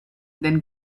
then